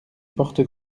porte